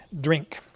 drink